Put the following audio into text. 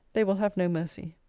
they will have no mercy.